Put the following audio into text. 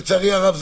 לצערי הרב,